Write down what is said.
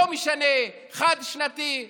לא משנה חד-שנתי,